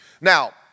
Now